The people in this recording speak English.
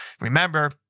Remember